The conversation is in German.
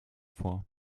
vor